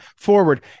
forward